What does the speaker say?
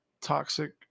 toxic